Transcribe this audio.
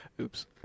Oops